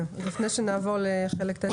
לפני שנעבור לחלק ט',